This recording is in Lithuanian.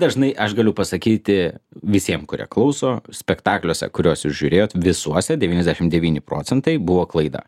dažnai aš galiu pasakyti visiem kurie klauso spektakliuose kuriuos jūs žiūrėjot visuose devyniasdešim devyni procentai buvo klaida